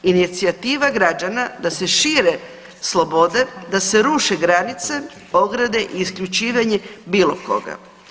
Inicijativa građana da se šire slobode, da se ruše granice, ograde isključivanje bilo koga.